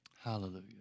Hallelujah